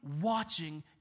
watching